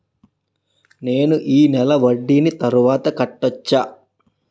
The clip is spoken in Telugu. నేను ఈ నెల వడ్డీని తర్వాత కట్టచా?